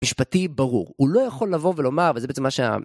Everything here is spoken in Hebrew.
משפטי ברור, הוא לא יכול לבוא ולומר, וזה בעצם מה שה...